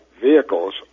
vehicles